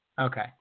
Okay